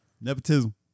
Nepotism